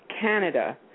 Canada